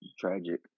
tragic